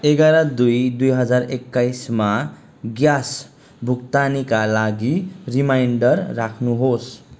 एघार दुई दुई हजार एक्काइसमा ग्यास भुक्तानीका लागि रिमाइन्डर राख्नुहोस्